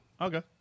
Okay